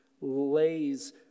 lays